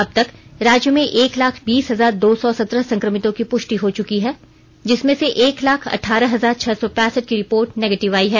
अब तक राज्य में एक लाख बीस हजार दो सौ सत्रह संकमितों की पुष्टि हो चुकी है जिसमें से एक लाख अठारह हजार छह सौ पैंसठ की रिपोर्ट नेगेटिव आयी है